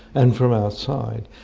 and from outside.